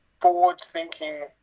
forward-thinking